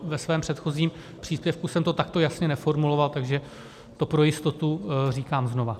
Ve svém předchozím příspěvku jsem to takto jasně neformuloval, takže to pro jistotu říkám znovu.